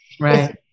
Right